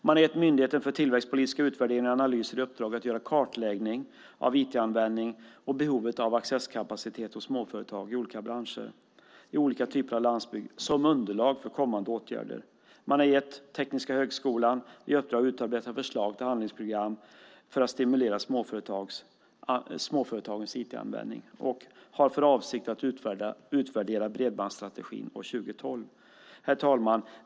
Man har gett Myndigheten för tillväxtpolitiska utvärderingar och analyser i uppdrag att göra en kartläggning av IT-användning och av behovet av accesskapacitet hos småföretag i olika branscher och i olika typer av landsbygd som underlag för kommande åtgärder. Man har gett Kungliga Tekniska högskolan i uppdrag att utarbeta förslag till handlingsprogram för att stimulera småföretagens IT-användning och har för avsikt att utvärdera bredbandsstrategin år 2012. Herr talman!